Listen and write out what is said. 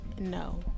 No